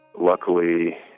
Luckily